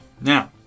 Now